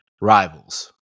rivals